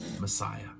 Messiah